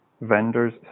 Vendors